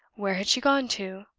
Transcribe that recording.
where had she gone to?